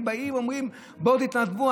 באים ואומרים: בואו תתנדבו,